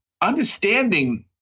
understanding